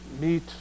meet